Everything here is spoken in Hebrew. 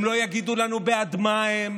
הם לא יגידו לנו בעד מה הם,